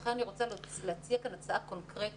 לכן אני רוצה להציע כאן הצעה קונקרטית